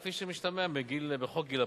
כפי שמשתמע בחוק גיל הפרישה.